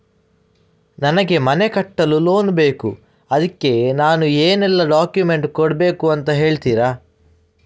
ನನಗೆ ಮನೆ ಕಟ್ಟಲು ಲೋನ್ ಬೇಕು ಅದ್ಕೆ ನಾನು ಏನೆಲ್ಲ ಡಾಕ್ಯುಮೆಂಟ್ ಕೊಡ್ಬೇಕು ಅಂತ ಹೇಳ್ತೀರಾ?